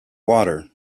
water